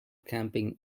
camping